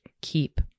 keep